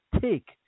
take